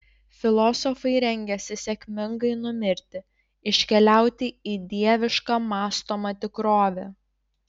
filosofai rengiasi sėkmingai numirti iškeliauti į dievišką mąstomą tikrovę